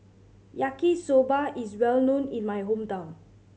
Yaki Soba is well known in my hometown